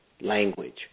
language